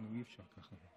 אי-אפשר ככה.